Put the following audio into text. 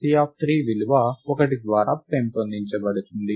C3 విలువ 1 ద్వారా పెంపొందించబడుతుంది